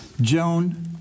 Joan